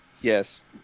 Yes